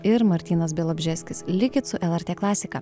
ir martynas bialobžeskis likit su lrt klasika